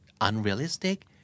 unrealistic